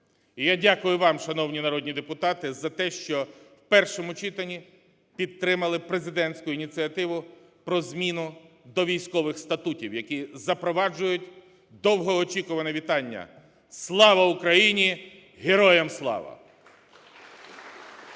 я дякую вам, шановні народні депутати за те, що в першому читанні підтримали президентську ініціативу про зміну до військових статутів, які запроваджують довгоочікуване вітання: "Слава Україні" - "Героям слава".